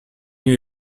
new